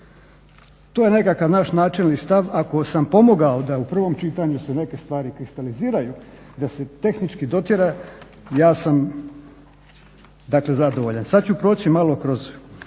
To je nekakav naš načelni stav ako sam pomogao da u prvom čitanju se neke stvari kristaliziraju, da se tehnički dotjera ja sam dakle zadovoljan. Sad ću proći malo kroz